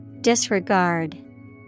Disregard